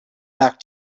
back